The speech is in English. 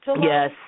yes